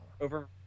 over